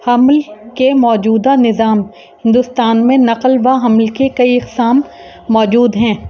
حمل کے موجودہ نظام ہندوستان میں نقل و حمل کے کئی اقسام موجود ہیں